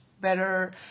better